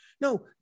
No